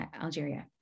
Algeria